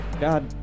god